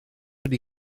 wedi